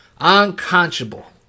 Unconscionable